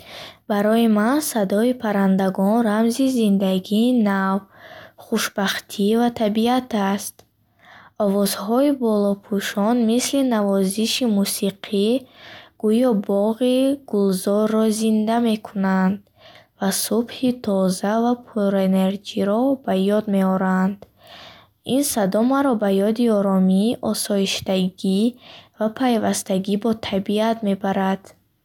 Барои ман садои паррандагон рамзи зиндагии нав, хушбахтӣ ва табиат аст. Овозҳои болопӯшон мисли навозиши мусиқӣ гӯё боғи гулзорро зинда мекунанд ва субҳи тоза ва пурэнерҷиро ба ёд меоранд. Ин садо маро ба ёди оромӣ, осоиштагӣ ва пайвастагӣ бо табиат мебарад.